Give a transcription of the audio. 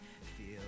feel